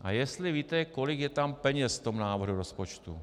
A jestli víte, kolik je tam peněz v návrhu rozpočtu?